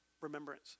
remembrance